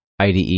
IDE